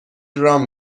رام